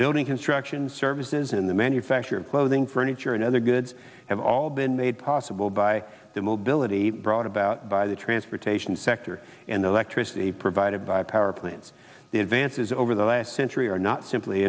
building construction services in the manufacture of clothing furniture and other goods have all been made possible by the mobility brought about by the transportation sector and electricity provided by power plants the advances over the last century are not simply